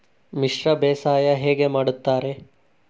ಮಿಶ್ರ ಬೇಸಾಯ ಹೇಗೆ ಮಾಡುತ್ತಾರೆ?